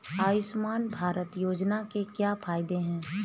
आयुष्मान भारत योजना के क्या फायदे हैं?